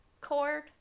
cord